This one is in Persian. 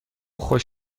خوش